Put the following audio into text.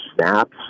snaps